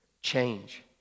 change